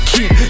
Keep